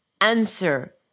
answer